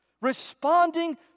responding